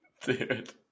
Dude